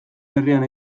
herrian